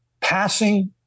passing